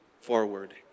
forward